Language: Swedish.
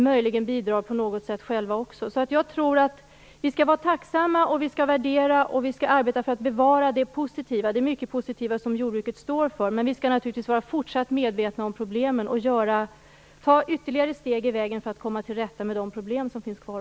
Möjligen bidrar vi själva också på något sätt. Jag tror att vi skall vara tacksamma och att vi skall värdera och även arbeta för att bevara det mycket positiva som jordbruket står för. Men vi skall naturligtvis vara fortsatt medvetna om problemen och ta ytterligare steg på vägen för att komma till rätta också med de problem som finns kvar.